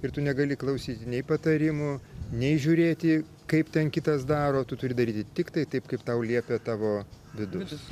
ir tu negali klausyti nei patarimų nei žiūrėti kaip ten kitas daro tu turi daryti tiktai taip kaip tau liepia tavo vidus